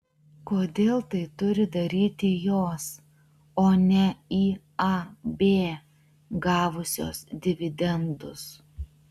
kodėl tai turi daryti jos o ne iab gavusios dividendus